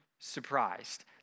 surprised